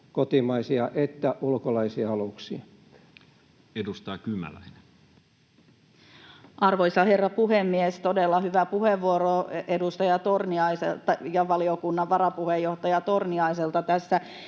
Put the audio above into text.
kotimaisia että ulkolaisia aluksia. Edustaja Kymäläinen. Arvoisa herra puhemies! Todella hyvä puheenvuoro edustaja ja valiokunnan varapuheenjohtaja Torniaiselta. Tässä